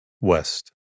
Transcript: West